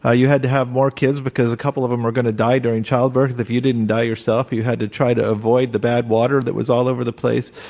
ah you had to have more kids because a couple of them were going to die during childbirth, because if you didn't die yourself you had to try to avoid the bad water that was all over the place.